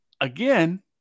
again